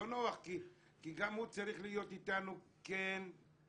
לא נוח כי גם הוא צריך להיות איתנו כן ואמיתי,